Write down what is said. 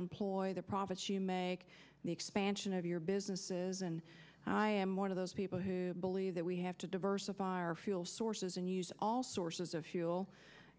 employ the profits you make the expansion of your businesses and i am one of those people who believe that we have to diversify our fuel sources and use all sources of fuel